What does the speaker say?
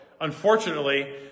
Unfortunately